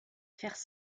faire